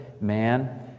man